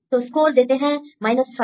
तो स्कोर देते हैं 5